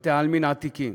בתי-העלמין העתיקים,